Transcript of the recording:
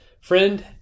friend